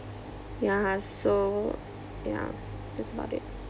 ya so ya that's about it